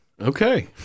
Okay